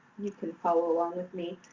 you can follow along with me.